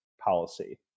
policy